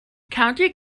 county